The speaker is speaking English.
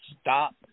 stop